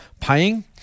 paying